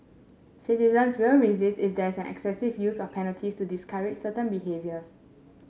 citizens will resist if there is excessive use of penalties to discourage certain behaviours